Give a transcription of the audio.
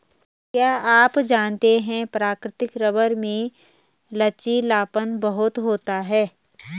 क्या आप जानते है प्राकृतिक रबर में लचीलापन बहुत होता है?